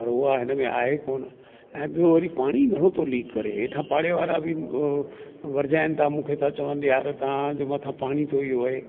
पर उहा हिनमें आहे कोन ऐं ॿियों वरी पाणी घणो थो लीक करे हेठा पाड़ेवारा बि वरजाइन था मूंखे त चवन की यार तव्हांजे मथां पाणी तो इहो वहे